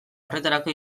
horretarako